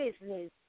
business